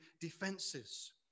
defenses